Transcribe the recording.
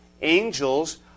Angels